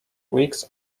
weeks